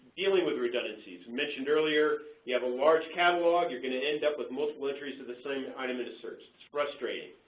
dealing with redundancies. mentioned earlier, you have a large catalog, you're going to end up with multiple entries for the same item in a search. it's frustrating.